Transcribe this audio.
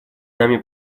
нами